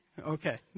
Okay